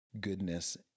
goodness